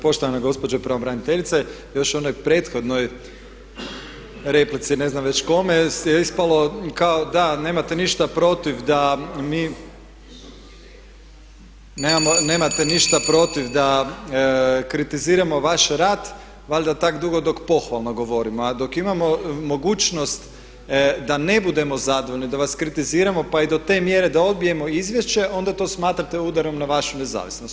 Poštovana gospođo pravobraniteljice, još u onoj prethodnoj replici ne znam već kome je ispalo kao da nemate ništa protiv da mi, nemate ništa protiv da kritiziramo vaš rad valjda tak dugo dok pohvalno govorimo, a dok imamo mogućnost da ne budemo zadovoljni, da vas kritiziramo pa i do te mjera da odbijemo izvješće onda to smatrate udarom na vašu nezavisnost.